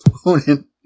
opponent